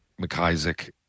McIsaac